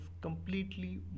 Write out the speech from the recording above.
completely